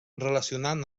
relacionant